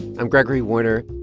i'm gregory warner.